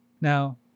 Now